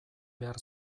behar